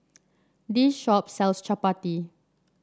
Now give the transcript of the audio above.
this shop sells Chapati